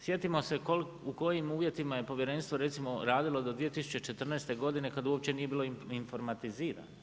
Sjetimo se u kojim uvjetima je povjerenstvo recimo radilo do 2014. godine kad uopće nije bilo informatizirano.